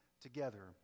together